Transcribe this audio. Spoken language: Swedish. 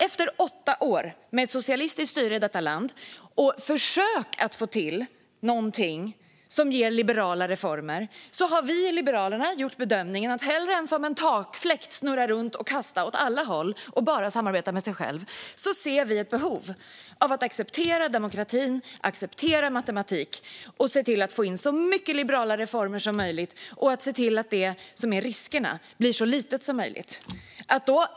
Efter åtta år med socialistiskt styre i detta land och försök att få till någonting som ger liberala reformer gör vi i Liberalerna bedömningen att hellre än som en takfläkt snurra runt, kasta åt alla håll och bara samarbeta med sig själv acceptera demokratin, acceptera matematiken och se till att få in så mycket liberala reformer som möjligt så att riskerna blir så få som möjligt.